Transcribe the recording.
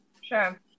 Sure